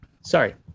Sorry